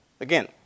Again